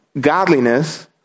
godliness